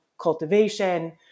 cultivation